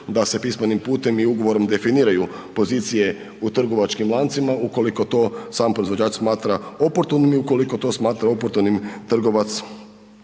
da se pismenim putem i ugovorom definiraju pozicije u trgovačkim lancima ukoliko to sam proizvođač smatra oportunim, ukoliko to smatra oportunim trgovac